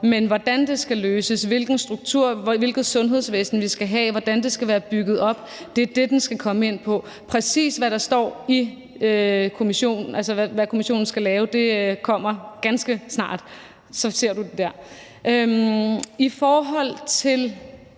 til hvordan de skal løses, hvilket sundhedsvæsen vi skal have, og hvordan det skal være bygget op, så er det det, den skal komme ind på. Præcis hvad der står i kommissoriet, altså hvad kommissionen skal lave, kommer ganske snart. Så ser du det der. I forhold til